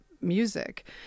music